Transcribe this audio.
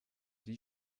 die